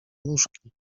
nóżki